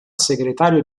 segretario